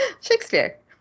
Shakespeare